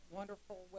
wonderful